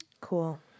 Cool